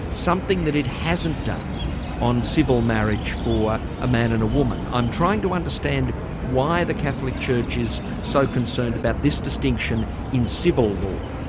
something that it hasn't done on civil marriage for a man and a woman. i'm trying to understand why the catholic church is so concerned about this distinction in civil law.